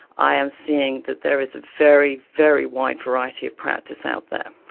i am seeing that there is a very, very wide variety of practice out there.